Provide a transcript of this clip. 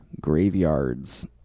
graveyards